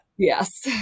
Yes